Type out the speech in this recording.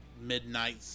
midnight